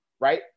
right